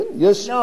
אמרתי,